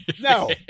No